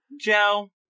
Joe